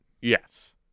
Yes